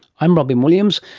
i'm robyn williams.